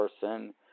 person